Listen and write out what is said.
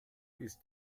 ist